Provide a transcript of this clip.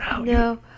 No